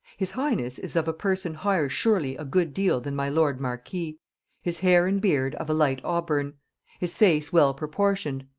his highness is of a person higher surely a good deal than my lord marquis his hair and beard of a light auburn his face well proportioned,